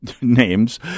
names